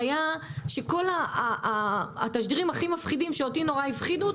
שכול התשדירים הכי מפחידים שאותי נורא הפחידו,